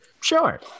Sure